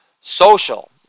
social